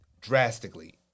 drastically